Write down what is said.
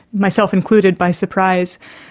myself included, by surprise.